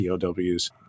POWs